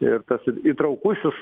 ir tas įtraukusis